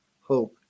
hope